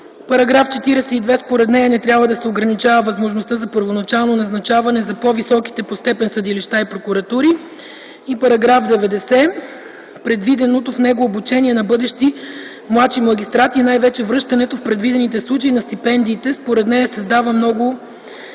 наредба на ВСС; - в § 42 не трябва да се ограничава възможността за първоначално назначаване за по високите по степен съдилища и прокуратури; -§ 90 и предвиденото в него обучение на бъдещите младши магистрати, и най-вече връщането в предвидените случаи на стипендиите, създава много